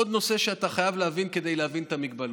עוד נושא שאתה חייב להבין כדי להבין את המגבלות,